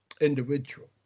individual